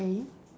K